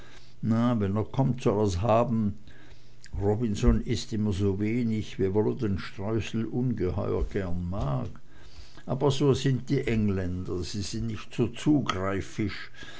na wenn er kommt er soll's haben robinson ißt immer sowenig wiewohl er den streusel ungeheuer gern mag aber so sind die engländer sie sind nicht so zugreifsch